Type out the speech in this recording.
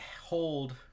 hold